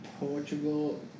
Portugal